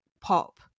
pop